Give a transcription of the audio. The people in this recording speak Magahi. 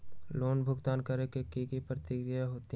लोन भुगतान करे के की की प्रक्रिया होई?